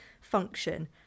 function